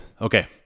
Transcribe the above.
Okay